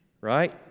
right